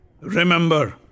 Remember